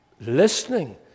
listening